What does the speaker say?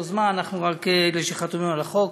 אלה שחתומים על החוק.